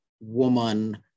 woman